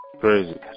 crazy